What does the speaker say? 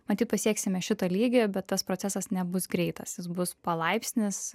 matyt pasieksime šitą lygį bet tas procesas nebus greitas jis bus palaipsnis